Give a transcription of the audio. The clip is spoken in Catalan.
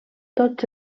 tots